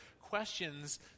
questions